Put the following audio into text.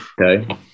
Okay